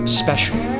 special